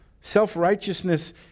Self-righteousness